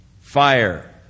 Fire